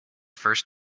first